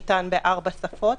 ניתן בארבע שפות,